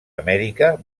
amèrica